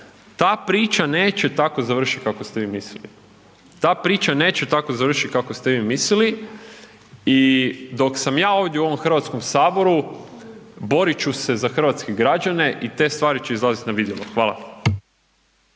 ta priča neće tako završiti kako ste vi mislili. Ta priča neće tako završiti kako ste vi mislili i dok sam ja ovdje u ovom Hrvatskom saboru borit ću se za hrvatske građane i te stvari će izlaziti na vidjelo. Hvala.